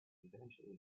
eventually